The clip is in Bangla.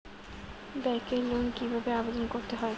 ব্যাংকে লোন কিভাবে আবেদন করতে হয়?